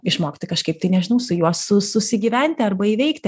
išmokti kažkaip tai nežinau su juo su susigyventi arba įveikti